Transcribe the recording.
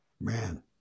Man